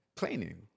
Cleaning